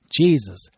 Jesus